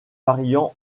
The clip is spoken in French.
variant